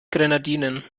grenadinen